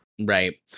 Right